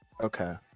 okay